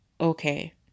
okay